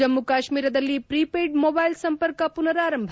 ಜಮ್ನು ಕಾಶ್ನೀರದಲ್ಲಿ prepaid mobile ಸಂಪರ್ಕ ಪುನರಾರಂಭ